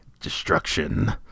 destruction